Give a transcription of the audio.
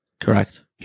Correct